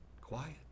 quiet